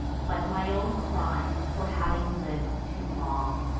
but my own crime, for having liv'd too long.